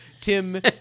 Tim